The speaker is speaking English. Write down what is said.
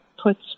puts